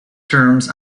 terms